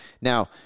Now